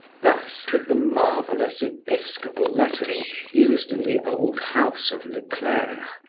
thus, with the marvelous episcopal lettering used in the old house of le clere,